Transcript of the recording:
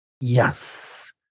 yes